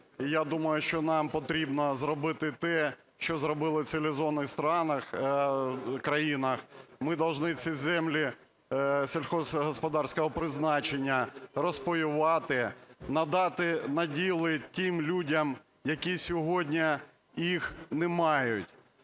я думаю, що нам потрібно зробити те, що зробили в цивілізованих країнах – ми должны ці землі сільськогосподарського призначення розпаювати, надати наділи тим людям, які сьогодні їх не мають.